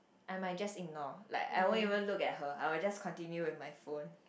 I might just ignore like I won't even look at her I will just continue with my phone